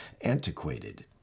antiquated